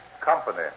company